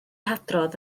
hadrodd